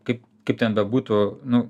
kaip kaip ten bebūtų nu